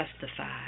justified